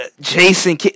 Jason